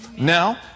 Now